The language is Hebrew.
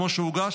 כמו שהוא הוגש,